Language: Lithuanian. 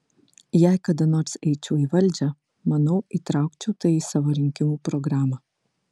jei kada nors eičiau į valdžią manau įtraukčiau tai į savo rinkimų programą